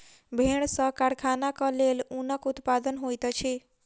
भेड़ सॅ कारखानाक लेल ऊनक उत्पादन होइत अछि